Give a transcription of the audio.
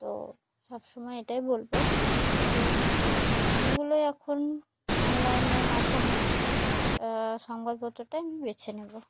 তো সবসময় এটাই বলব যে এগুলোই এখন অনলাইনের মাধ্যমে সংবাদপত্রটাই আমি বেছে নেব